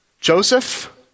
Joseph